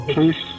Please